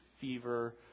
fever